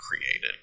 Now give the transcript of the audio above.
created